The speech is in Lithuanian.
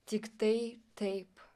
tiktai taip